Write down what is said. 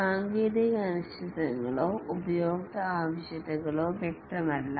സാങ്കേതിക അനിശ്ചിതത്വങ്ങളോ ഉപയോക്തൃ ആവശ്യകതകളോ വ്യക്തമല്ല